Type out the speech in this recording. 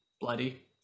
bloody